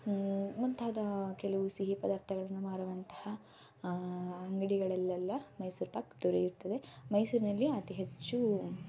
ಮುಂತಾದ ಕೆಲವು ಸಿಹಿ ಪದಾರ್ಥಗಳನ್ನು ಮಾರುವಂತಹ ಅಂಗಡಿಗಳಲ್ಲೆಲ್ಲ ಮೈಸೂರು ಪಾಕ್ ದೊರೆಯುತ್ತದೆ ಮೈಸೂರಿನಲ್ಲಿ ಅತಿ ಹೆಚ್ಚು